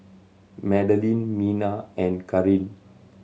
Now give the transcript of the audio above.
Madelene Mena and Karin